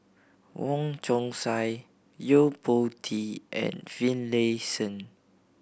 Wong Chong Sai Yo Po Tee and Finlayson